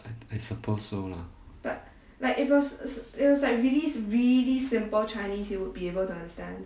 I I suppose so lah